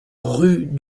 rue